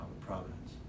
providence